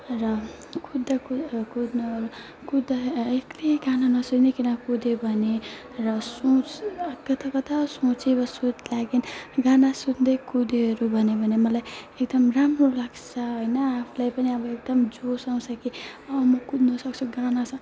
र कुद्दा कु कुद्नु कुद्दा ए एक्लै गाना नसुनिकन कुद्यो भने र सोच कता कता सोचिबस्छु लागि गाना सुन्दै कुद्योहरू भन्यो भने मलाई एकदम राम्रो लाग्छ होइन आफूलाई पनि अब एकदम जोस आउँछ कि अँ म कुद्नसक्छु गाना